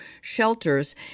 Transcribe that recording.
shelters